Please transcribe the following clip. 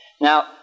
Now